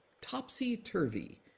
topsy-turvy